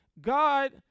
God